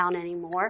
anymore